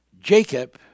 Jacob